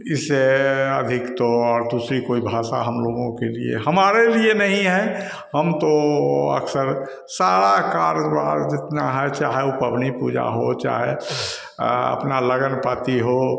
इससे अधिक तो और दूसरी कोई भाषा हमलोगों के लिए हमारे लिए नहीं है हम तो सारा कारोबार जितना है चाहे वह पबनी पूजा हो चाहे लगन पाती हो